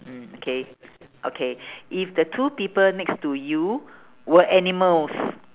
mm okay okay if the two people next to you were animals